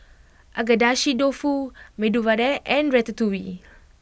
Agedashi Dofu Medu Vada and Ratatouille